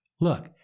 Look